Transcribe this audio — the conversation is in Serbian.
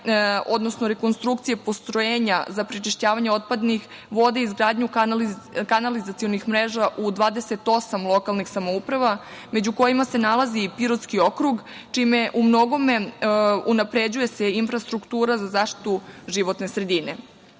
odnosno rekonstrukcije postrojenja za prečišćavanje otpadnih voda i izgradnju kanalizacionih mreža u 28 lokalnih samouprava, među kojima se nalazi i Pirotski okrug, čime se umnogome unapređuje infrastruktura za zaštitu životne sredine. Osim